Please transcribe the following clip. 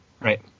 Right